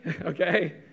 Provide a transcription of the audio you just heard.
okay